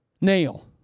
nail